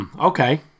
Okay